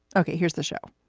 ok, here's the show